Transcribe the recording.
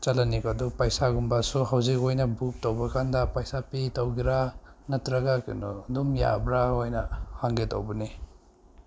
ꯆꯠꯂꯅꯤꯕ ꯑꯗꯣ ꯄꯩꯁꯥꯒꯨꯝꯕꯁꯨ ꯍꯧꯖꯤꯛ ꯑꯣꯏꯅ ꯕꯨꯛ ꯇꯧꯕꯀꯥꯟꯗ ꯄꯩꯁꯥ ꯄꯤꯗꯧꯒ꯭ꯔꯥ ꯅꯠꯇ꯭ꯔꯒ ꯀꯩꯅꯣ ꯑꯗꯨꯝ ꯌꯥꯕ꯭ꯔꯥ ꯑꯣꯏꯅ ꯍꯪꯒꯦ ꯇꯧꯕꯅꯦ